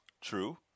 True